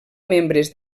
membres